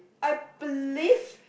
I believe